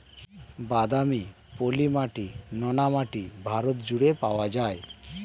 বাদামি, পলি মাটি, নোনা মাটি ভারত জুড়ে পাওয়া যায়